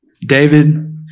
David